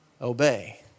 Obey